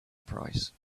price